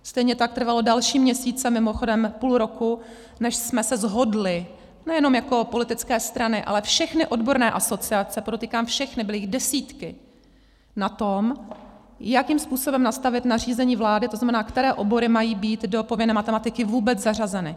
Stejně tak trvalo další měsíce, mimochodem půl roku, než jsme se shodli nejenom jako politické strany, ale všechny odborné asociace, podotýkám všechny, byly jich desítky, na tom, jakým způsobem nastavit nařízení vlády, tedy které obory mají být do povinné matematiky vůbec zařazeny.